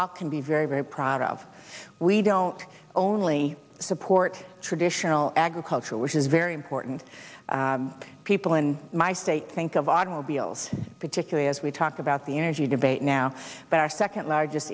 all can be very very proud of we don't only support traditional agriculture which is very important people in my state think of automobiles particularly as we talk about the energy debate now but our second largest